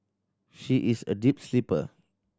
she is a deep sleeper